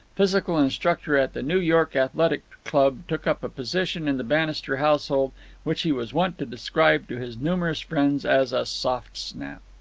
physical instructor at the new york athletic club, took up a position in the bannister household which he was wont to describe to his numerous friends as a soft snap.